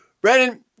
brandon